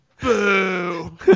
Boo